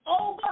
over